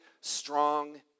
strong